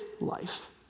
life